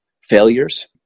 failures